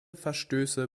verstöße